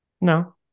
No